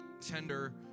tender